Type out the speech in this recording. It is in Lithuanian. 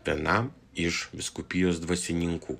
vienam iš vyskupijos dvasininkų